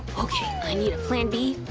okay, i need a plan b,